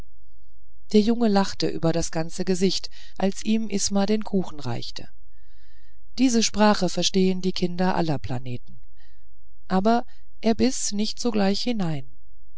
der junge lachte über das ganze gesicht als ihm isma den kuchen reichte diese sprache verstehen die kinder aller planeten aber er biß nicht sogleich hinein